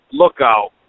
lookout